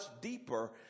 deeper